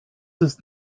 ist